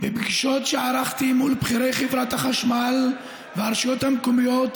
בפגישות שערכתי עם בכירי חברת החשמל והרשויות המקומיות